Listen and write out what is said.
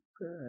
good